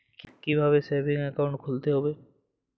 কীভাবে savings account খুলতে হবে?